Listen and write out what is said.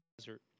desert